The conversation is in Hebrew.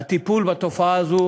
הטיפול בתופעה הזו